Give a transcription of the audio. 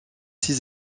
six